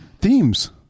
Themes